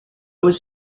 was